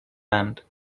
land